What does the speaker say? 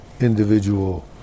individual